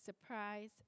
surprise